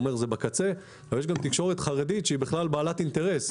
אני אומר שזה בקצה שהיא בעלת אינטרס,